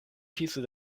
tiso